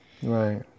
right